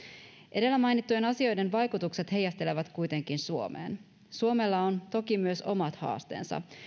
edellä mainittujen asioiden vaikutukset heijastelevat kuitenkin suomeen suomella on toki myös omat haasteensa